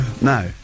No